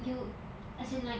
you as in like